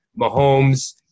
Mahomes